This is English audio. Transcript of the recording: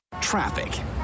Traffic